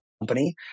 company